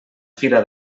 fira